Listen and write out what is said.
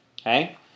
Okay